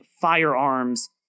firearms